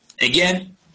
again